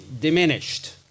diminished